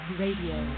radio